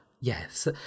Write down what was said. Yes